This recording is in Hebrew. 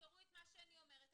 ותזכרו את מה שאני אומרת,